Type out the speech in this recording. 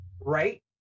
right